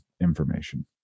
information